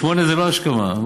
08:00 זה לא השכמה.